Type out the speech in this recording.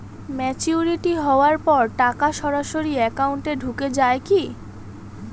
Maturity হওয়ার পর টাকা সরাসরি একাউন্ট এ ঢুকে য়ায় কি?